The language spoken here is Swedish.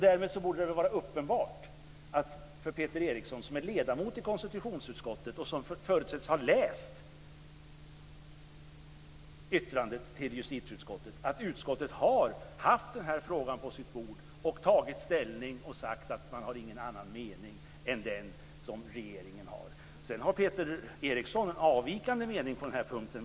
Därmed borde det vara uppenbart för Peter Eriksson, som är ledamot i konstitutionsutskottet och som förutsätts ha läst yttrandet till justitieutskottet, att utskottet har haft den här frågan på sitt bord och tagit ställning och sagt att man inte har någon annan mening än regeringen. Peter Eriksson har en avvikande mening på den här punkten.